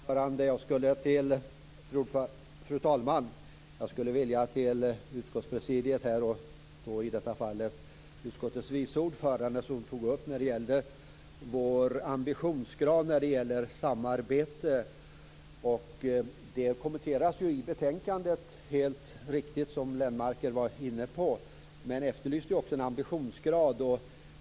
Fru talman! Utskottets vice ordförande tog upp vår ambitionsgrad när det gäller samarbete. Det kommenteras ju helt riktigt i betänkandet. Lennmarker var inne på det och efterlyste en ambitionsgrad.